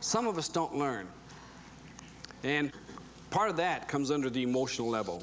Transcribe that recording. some of us don't learn and part of that comes under the emotional level